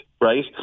right